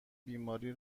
بیماری